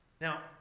now